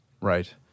Right